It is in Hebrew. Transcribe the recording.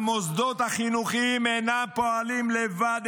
המוסדות החינוכיים אינם פועלים לבד,